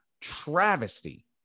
travesty